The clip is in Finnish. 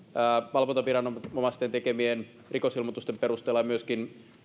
valvontaviranomaisten tekemien rikosilmoitusten perusteella ja myöskin